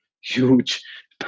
huge